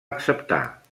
acceptar